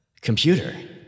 Computer